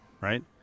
right